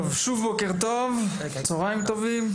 צהרים טובים,